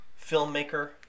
Filmmaker